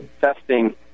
testing